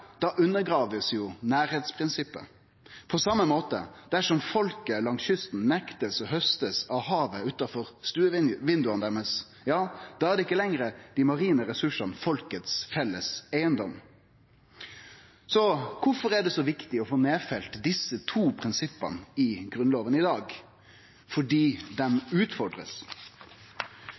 da blir jo nærleiksprinsippet undergrave. På same måte: Dersom folket langs kysten blir nekta å hauste av havet utanfor stuevindauga sine, er dei marine ressursane ikkje lenger folket sin felles eigedom. Kvifor er det så viktig å få nedfelt desse to prinsippa i Grunnloven i dag? Jo, fordi dei